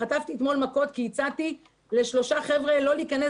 חטפתי אתמול מכות כי הצעתי לשלושה חבר'ה לא להיכנס